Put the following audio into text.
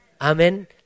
Amen